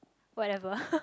whatever